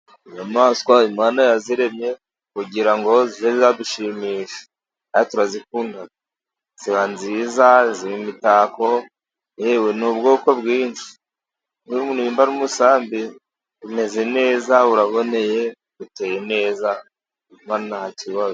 Inyamaswa Imana yaziremye kugira ngo zizadushimishe kandi turazikunda. Ziba nziza, ziba imitako, yewe n'ubwoko bwinshi 'uyu niba ari umusambi, umeze neza uraboneye uteye neza nta kibazo.